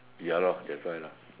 ya lor that's why lah